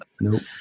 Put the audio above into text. Nope